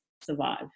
survive